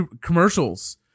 commercials